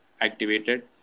activated